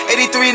83